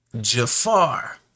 Jafar